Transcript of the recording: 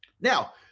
Now